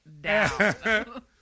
down